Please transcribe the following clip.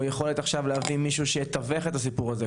או יכולת עכשיו להביא מישהו שיתווך את הסיפור הזה,